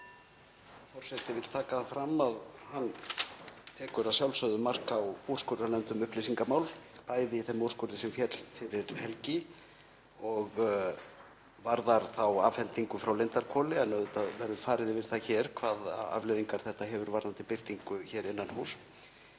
Forseti vill taka fram að hann tekur að sjálfsögðu mark á úrskurðarnefnd um upplýsingamál, bæði í þeim úrskurði sem féll fyrir helgi og varðar þá afhendingu frá Lindarhvoli, en auðvitað verður farið yfir það hér hvaða afleiðingar þetta hefur varðandi birtingu hér innan húss.